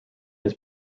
his